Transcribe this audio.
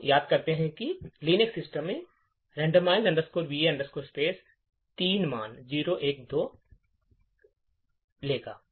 हम याद करते हैं कि लिनक्स सिस्टम में randomize va space 3 मान 0 1 या 2 लेगा